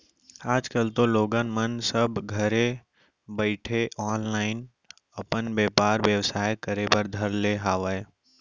आज कल तो लोगन मन सब घरे बइठे ऑनलाईन अपन बेपार बेवसाय करे बर धर ले हावय